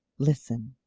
listen